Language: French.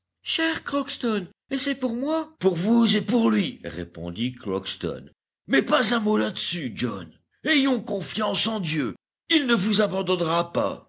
crockston et c'est pour moi pour vous et pour lui répondit crockston mais pas un mot là-dessus john ayons confiance en dieu il ne vous abandonnera pas